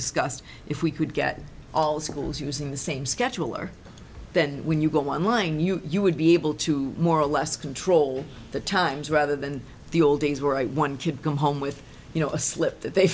discussed if we could get all schools using the same schedule or then when you go online you you would be able to more or less control the times rather than the old days where i one could go home with you know a slip that they